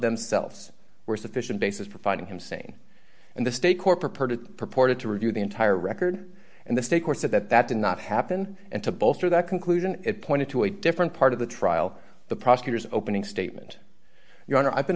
themselves were sufficient basis for finding him sane and the state court purported purported to review the entire record and the state court said that that did not happen and to bolster that conclusion it pointed to a different part of the trial the prosecutor's opening statement your honor i've been